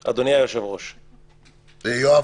יואב,